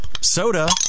soda